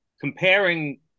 comparing